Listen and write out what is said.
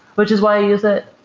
which is why i use it.